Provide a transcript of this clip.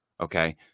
okay